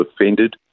offended